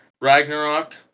Ragnarok